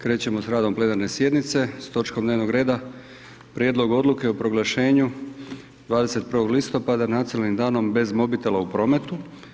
Krećemo s radom plenarne sjednice s točkom dnevnog reda: - Prijedlog odluke o proglašenju 21. listopada "Nacionalnim danom bez mobitela u prometu"